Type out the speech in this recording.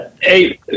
Hey